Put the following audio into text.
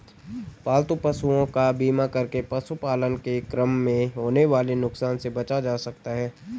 पालतू पशुओं का बीमा करके पशुपालन के क्रम में होने वाले नुकसान से बचा जा सकता है